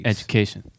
Education